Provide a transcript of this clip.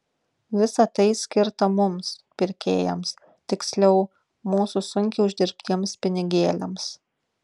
visa tai skirta mums pirkėjams tiksliau mūsų sunkiai uždirbtiems pinigėliams